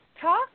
talk